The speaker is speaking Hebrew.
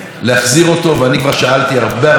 ואני כבר שאלתי הרבה הרבה פעמים את השאלה